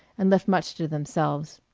and left much to themselves.